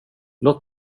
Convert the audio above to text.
låt